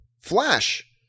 Flash